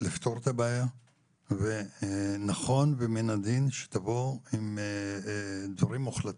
לפתור את הבעיה ונכון ומן הדין שתבואו עם דברים מוחלטים,